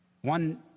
One